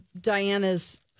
Diana's